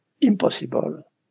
impossible